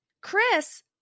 Chris